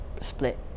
split